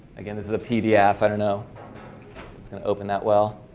again as the pdf i know open that well